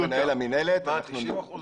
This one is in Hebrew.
חסם אחרון